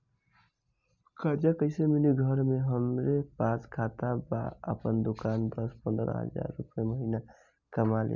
कर्जा कैसे मिली घर में हमरे पास खाता बा आपन दुकानसे दस पंद्रह हज़ार रुपया महीना कमा लीला?